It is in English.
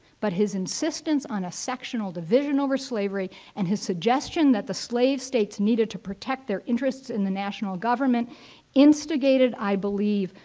but his insistence on a sectional division over slavery and his suggestion that the slave states needed to protect their interests in the national government instigated, i believe,